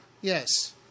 Yes